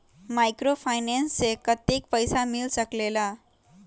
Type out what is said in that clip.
Microfinance से कतेक पैसा मिल सकले ला?